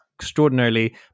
extraordinarily